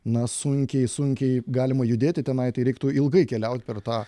na sunkiai sunkiai galima judėti tenai tai reiktų ilgai keliaut per tą